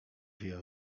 wie